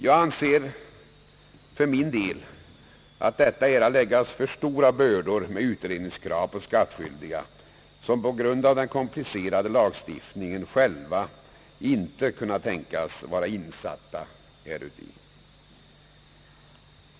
Jag anser för min del att detta är att lägga alltför stora bördor i fråga om utredningskrav på skattskyldiga, som på grund av den komplicerade lagstiftningen själva inte kan vara insatta i denna.